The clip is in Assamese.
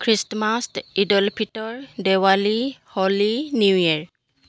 Christmas Eid ul Fitr Diwali Holi New year